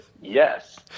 Yes